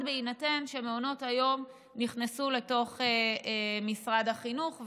בהינתן שמעונות היום נכנסו לתוך משרד החינוך,